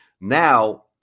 now